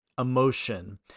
emotion